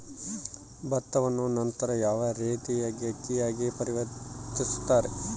ಭತ್ತವನ್ನ ನಂತರ ಯಾವ ರೇತಿಯಾಗಿ ಅಕ್ಕಿಯಾಗಿ ಪರಿವರ್ತಿಸುತ್ತಾರೆ?